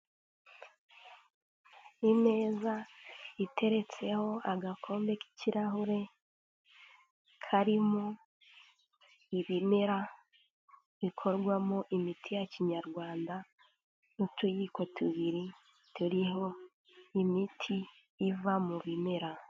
Imeza iteretseho agakombe k'ikirahure karimo ibimera bikorwamo imiti ya kinyarwanda n'utuyiko tubiri turiho imiti iva mu bimera.